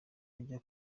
ajya